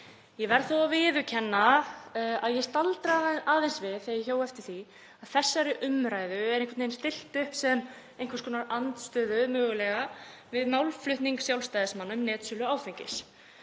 Ég verð þó að viðurkenna að ég staldraði aðeins við þegar ég hjó eftir því að þessari umræðu er stillt upp sem einhvers konar andstöðu mögulega við málflutning Sjálfstæðismanna um netsölu áfengis.